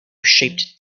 shaped